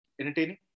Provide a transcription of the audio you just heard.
entertaining